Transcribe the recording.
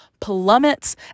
plummets